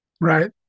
Right